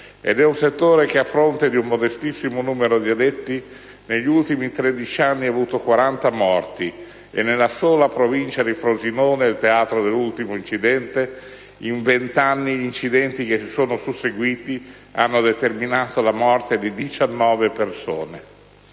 molto antiche e che, a fronte di un modestissimo numero di addetti, negli ultimi 13 anni ha avuto 40 morti: nella sola provincia di Frosinone - il teatro dell'ultimo incidente - in 20 anni gli incidenti che si sono susseguiti hanno causato la morte di 19 persone.